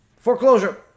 foreclosure